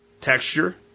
Texture